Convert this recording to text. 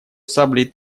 саблей